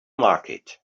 market